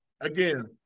again